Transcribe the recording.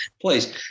please